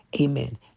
Amen